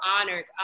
honored